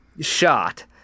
shot